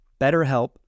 BetterHelp